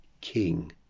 king